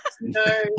No